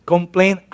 Complain